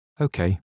okay